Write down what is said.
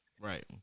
right